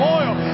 oil